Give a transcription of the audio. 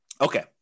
Okay